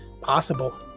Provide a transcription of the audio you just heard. possible